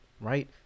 right